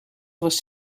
was